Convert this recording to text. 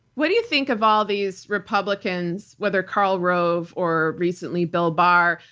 what do you think of all these republicans, whether karl rove or recently, bill barr,